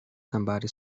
somebody